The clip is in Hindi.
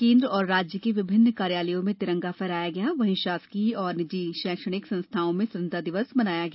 केन्द्र और राज्य के विभिन्न कार्यालयों में तिरंगा फहराया गया वहीं शासकीय और निजी शैक्षणिक संस्थाओं में स्वतंत्रता दिवस मनाया गया